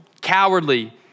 cowardly